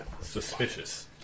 Suspicious